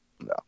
No